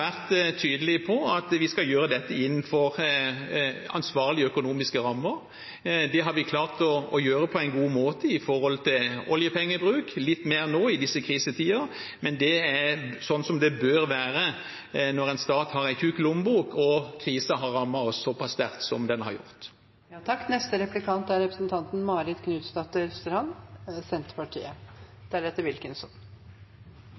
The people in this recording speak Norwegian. klart å gjøre på en god måte når det gjelder oljepengebruk – litt mer nå i disse krisetider, men det er som det bør være når en stat har en tykk lommebok, og krisen har rammet oss såpass sterkt som den har gjort.